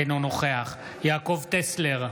אינו נוכח יעקב טסלר,